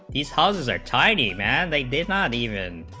these houses are tiny man they did not even